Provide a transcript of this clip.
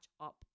up